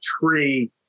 tree